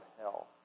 hell